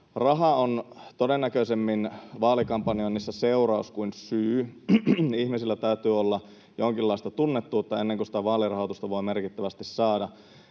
todennäköisemmin seuraus kuin syy. Ihmisillä täytyy olla jonkinlaista tunnettuutta ennen kuin sitä vaalirahoitusta voi merkittävästi saada,